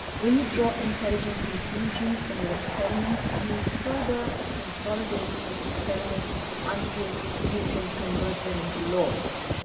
when you draw intelligent conclusions from your experiments, you further consolidate these experiments until you can convert them into laws.